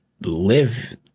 live